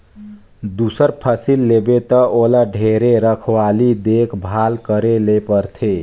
दूसर फसिल लेबे त ओला ढेरे रखवाली देख भाल करे ले परथे